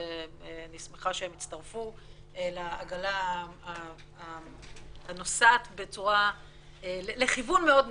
אבל אני שמחה שהם הצטרפו לעגלה הנוסעת לכיוון מאוד נכון.